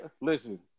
Listen